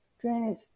drainage